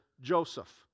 Joseph